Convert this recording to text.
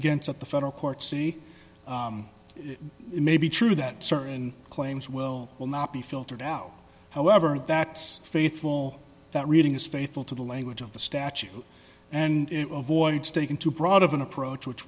against at the federal court see it may be true that certain claims will will not be filtered out however that faithful that reading is faithful to the language of the statute and it will avoid staking too broad of an approach which